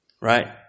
right